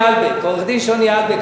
עורך-הדין שוני אלבק,